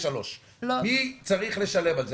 מי צריך לשלם על זה?